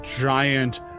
giant